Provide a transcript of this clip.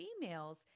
females